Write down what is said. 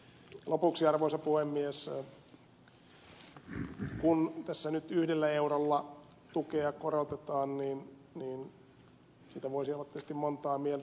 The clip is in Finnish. lopuksi arvoisa puhemies kun tässä nyt yhdellä eurolla tukea korotetaan niin siitä voisi olla tietysti monta mieltä